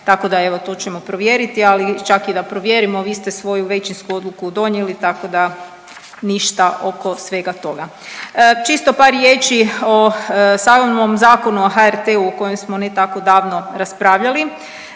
Tako da evo to ćemo provjeriti, ali čak i da provjerimo vi ste svoju većinsku odluku donijeli tako da ništa oko svega toga. Čisto par riječi o samom Zakonu o HRT-u o kojem smo ne tako davno raspravljali.